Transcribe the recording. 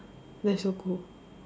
that's so cool